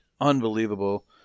Unbelievable